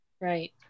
Right